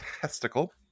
testicle